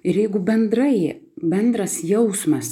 ir jeigu bendrai bendras jausmas